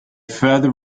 further